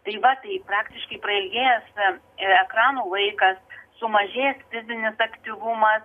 tai va tai praktiškai prailgėjęs ekrano laikas sumažėjęs fizinis aktyvumas